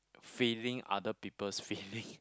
feeling other people's feeling